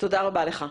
תודה רבה לך.